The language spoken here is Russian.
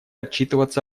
отчитываться